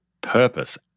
purpose